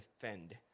defend